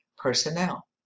personnel